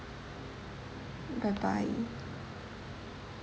bye bye